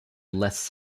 less